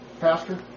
Pastor